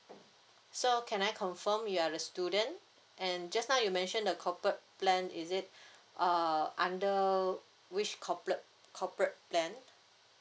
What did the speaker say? so can I confirm you are a student and just now you mention the corporate plan is it uh under which corporate corporate plan